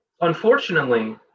unfortunately